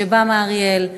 שבא מאריאל.